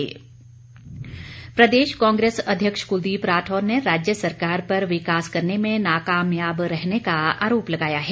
कुलदीप राठौर प्रदेश कांग्रेस अध्यक्ष कुलदीप राठौर ने राज्य सरकार पर विकास करने में नाकामयाब रहने का आरोप लगाया है